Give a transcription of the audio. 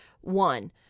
one